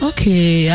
Okay